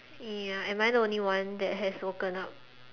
ya am I the only one that has woken up